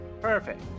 Perfect